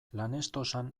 lanestosan